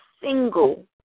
single